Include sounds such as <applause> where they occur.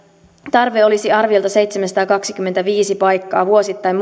tarve olisi arviolta seitsemänsataakaksikymmentäviisi paikkaa vuosittain <unintelligible>